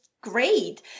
great